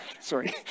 Sorry